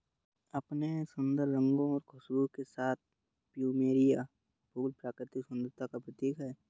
अपने सुंदर रंगों और खुशबू के साथ प्लूमेरिअ फूल प्राकृतिक सुंदरता का प्रतीक है